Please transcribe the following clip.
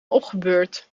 opgebeurd